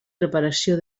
reparació